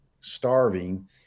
starving